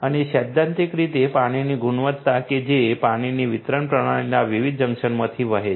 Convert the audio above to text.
અને સૈદ્ધાંતિક રીતે પાણીની ગુણવત્તા કે જે તે પાણી વિતરણ પ્રણાલીના વિવિધ જંકશનમાંથી વહે છે